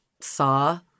Saw